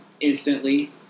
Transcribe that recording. instantly